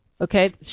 Okay